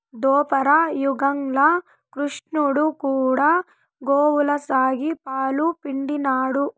దోపర యుగంల క్రిష్ణుడు కూడా గోవుల సాకి, పాలు పిండినాడు